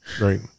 Right